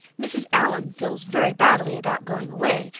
mrs. allan feels very badly about going away.